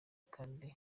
kandi